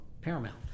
paramount